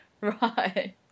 Right